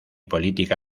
política